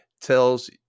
tells